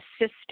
assist